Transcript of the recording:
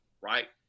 right